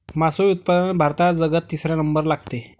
मासोळी उत्पादनात भारताचा जगात तिसरा नंबर लागते